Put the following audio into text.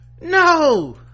No